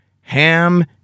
Ham